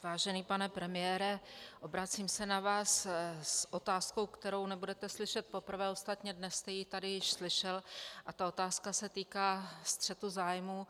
Vážený pane premiére, obracím se na vás s otázkou, kterou nebudete slyšet poprvé, ostatně dnes jste ji tady již slyšel, a ta otázka se týká střetu zájmů.